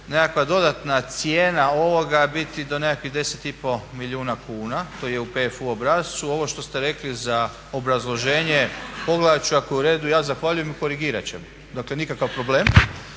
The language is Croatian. nekakva dodatna cijena ovoga biti do nekakvih 10,5 milijuna kuna, to je u PFU obrascu. Ovo što ste rekli za obrazloženje pogledat ću, ako je u redu ja zahvaljujem i korigirat ćemo, dakle nikakav problem.